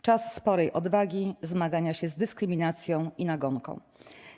Czas sporej odwagi, zmagania się z dyskryminacją i nagonką.